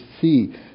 see